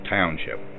Township